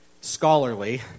scholarly